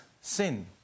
sin